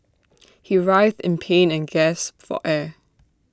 he writhed in pain and gasped for air